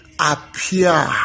appear